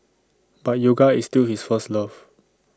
but yoga is still his first love